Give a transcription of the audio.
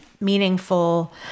meaningful